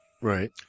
Right